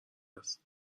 هست